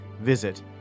Visit